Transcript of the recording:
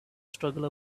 struggle